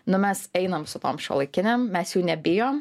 nu mes einam su tom šiuolaikinėm mes jų nebijom